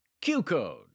Q-Code